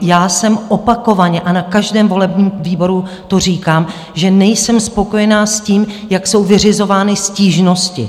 Já jsem opakovaně, a na každém volebním výboru to říkám, že nejsem spokojena s tím, jak jsou vyřizovány stížnosti.